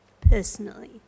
personally